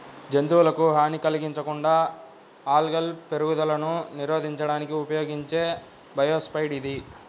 జంతువులకు హాని కలిగించకుండా ఆల్గల్ పెరుగుదలను నిరోధించడానికి ఉపయోగించే బయోసైడ్ ఇది